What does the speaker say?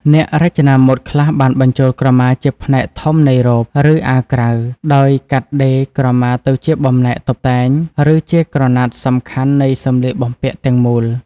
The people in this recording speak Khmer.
អ្នករចនាម៉ូដខ្លះបានបញ្ចូលក្រមាជាផ្នែកធំនៃរ៉ូប ឬអាវក្រៅ ដោយកាត់ដេរក្រមាទៅជាបំណែកតុបតែង ឬជាក្រណាត់សំខាន់នៃសម្លៀកបំពាក់ទាំងមូល។